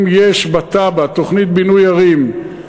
אם יש בתב"ע, תוכנית בינוי ערים,